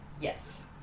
yes